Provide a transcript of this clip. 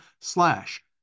slash